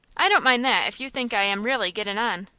i don't mind that if you think i am really gettin' on.